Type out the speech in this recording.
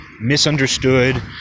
misunderstood